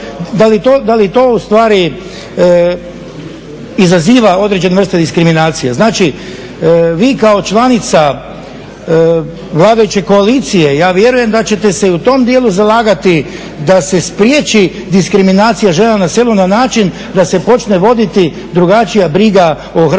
da li to u stvari izaziva određene vrste diskriminacije. Znači, vi kao članica vladajuće koalicije ja vjerujem da ćete se i u tom dijelu zalagati da se spriječi diskriminacija žena na selu na način da se počne voditi drugačija briga o hrvatskom